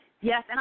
Yes